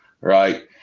right